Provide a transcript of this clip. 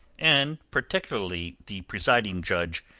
and particularly the presiding judge,